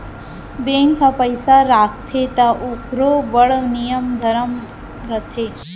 bank ह पइसा राखथे त ओकरो बड़ नियम धरम रथे